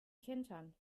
kentern